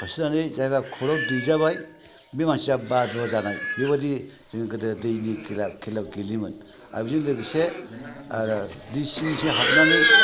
होसोनानै जायहा खर'आव दैजाबाय बे मानसिया बादुवा जानाय बेबायदि जों गोदो दैनि खेला गेलेयोमोन आरो बेजों लोगोसे आरो दै सिं सिं हाबनानै